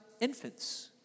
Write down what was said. infants